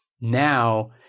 Now